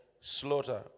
slaughter